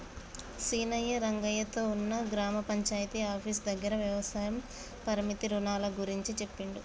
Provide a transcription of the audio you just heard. సీనయ్య రంగయ్య తో ఉన్న గ్రామ పంచాయితీ ఆఫీసు దగ్గర వ్యవసాయ పరపతి రుణాల గురించి చెప్పిండు